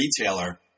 retailer